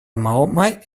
mahoma